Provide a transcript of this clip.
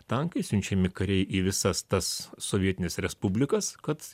tankai siunčiami kariai į visas tas sovietines respublikas kad